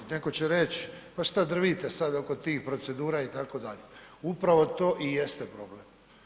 Neko će reć pa šta drvite sada oko tih procedura itd., upravo to i jeste problem.